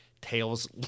Tails